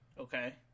Okay